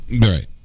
right